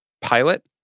pilot